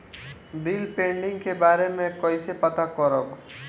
Bill pending के बारे में कईसे पता करब?